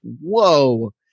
Whoa